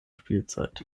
spielzeit